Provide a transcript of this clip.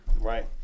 Right